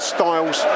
Styles